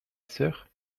sœur